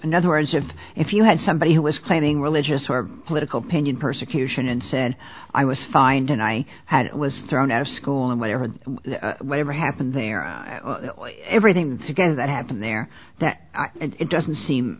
in other words of if you had somebody who was claiming religious or political pinioned persecution and said i was fined and i had was thrown out of school and whatever whatever happened there everything again that happened there that it doesn't seem